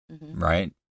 Right